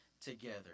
together